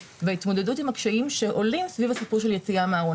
וההתמודדות עם הקשיים שעולים סביב הסיפור של יציאה מהארון,